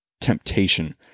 temptation